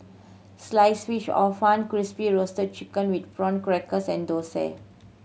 Sliced Fish Hor Fun Crispy Roasted Chicken with Prawn Crackers and dosa